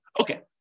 Okay